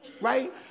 Right